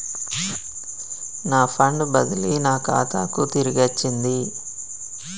నా ఫండ్ బదిలీ నా ఖాతాకు తిరిగచ్చింది